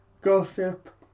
gossip